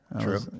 True